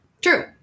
True